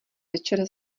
večer